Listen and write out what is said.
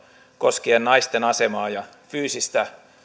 koskien naisten asemaa ja fyysistä